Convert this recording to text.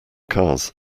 cars